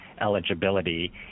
eligibility